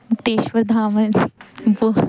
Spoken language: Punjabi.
ਮੁਕਤੇਸ਼ਵਰ ਧਾਮ ਬਹੁਤ